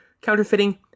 counterfeiting